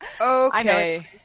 Okay